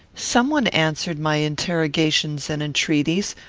some one answered my interrogations and entreaties,